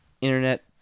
internet